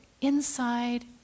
inside